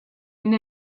and